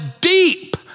deep